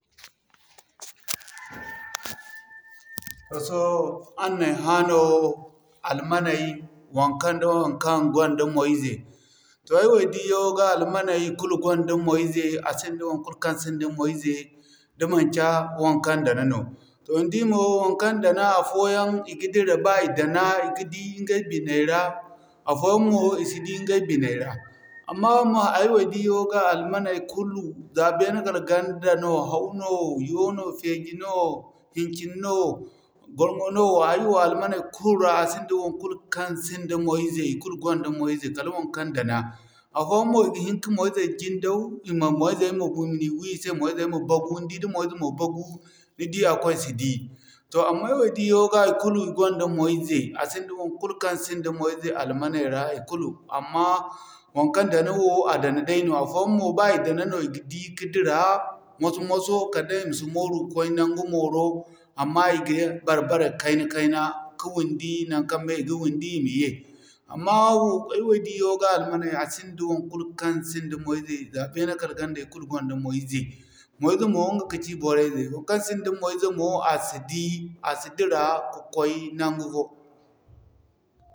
Toh sohõ a n'ay hã no almaney wankan nda wankan gonda mo ize. To aiwo diyayaŋ ga almaney kulu gonda mo ize, a sinda wankan sinda mo ize da manci wankan dana no. Toh nidi mo wankan dana afooyaŋ iga dira ba i dana, iga di ingay binay ra afooyaŋ mo i si di ingay binay ra. Amma aiwo diyayaŋ ga almaney kulu, za beene kala ganda haw no, yo no, feeji no, hincin no, gwarŋo no, hay'fo almaney kul ra a sinda wankul kan sinda mo ize kal wankan dana. Afooyaŋ mo i ga hin ka mo ize jindau, mo ize ma dana. Nidi da mo ize ma bagu, nidi da mo ize mo bagu a kway si di. Toh amma aiwo diyayaŋ ga ikulu i gonda mo ize, a sinda wankul kan sinda mo ize almaney ra ikulu. Amma, wankan dana wo a dana dayno. Afooyaŋ mo ba i dana no i ga di ka dira moso-moso kala day i ma si mooru ka kway nangu mooro amma i ga ye ka bar-bare kayna-kayna ka windi nankan mey i ga windi i ma ye. Amma aiwo diyayaŋ ga almaney a sinda wankul kan sinda mo ize, za beene kala ganda i kul gonda mo ize. Mo ize mo, inga kaci bora'ize. Bankan sinda mo ize mo a si di, a si dira ka koy nangu fo.